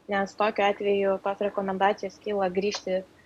nes tokiu atveju tos rekomendacijos kyla grįžti